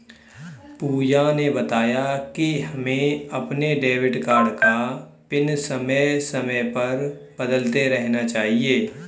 पूजा ने बताया कि हमें अपने डेबिट कार्ड का पिन समय समय पर बदलते रहना चाहिए